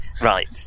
Right